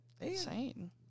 Insane